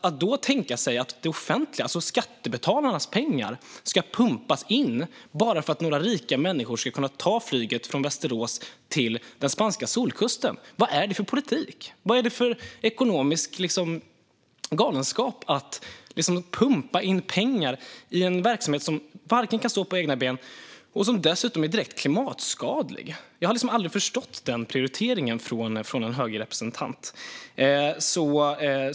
Att då tänka sig att det offentliga ska pumpa in skattebetalarnas pengar bara för att några rika människor ska kunna ta flyget från Västerås till den spanska solkusten - vad är det för politik? Vad är det för ekonomisk galenskap där pengar pumpas in i en verksamhet som inte kan stå på egna ben och som dessutom är direkt klimatskadlig? Jag har aldrig förstått denna prioritering från en högerrepresentant.